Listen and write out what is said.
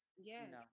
yes